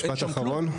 משפט אחרון.